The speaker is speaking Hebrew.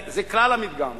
זה כלל המדגם,